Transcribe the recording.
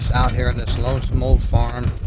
ah out here on this lonesome old farm,